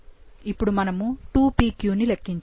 ఇప్పుడు మనము 2pq ని లెక్కించాలి